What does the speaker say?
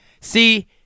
See